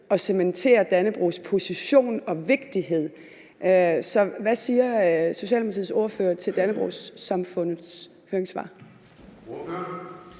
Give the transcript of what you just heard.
at cementere Dannebrogs position og vigtighed. Hvad siger Socialdemokratiets ordfører til Dannebrogs-Samfundets høringssvar?